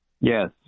yes